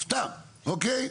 סתם, אוקיי?